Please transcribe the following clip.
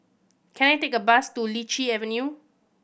can I take a bus to Lichi Avenue